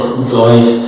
enjoyed